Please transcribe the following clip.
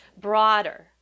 broader